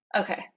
Okay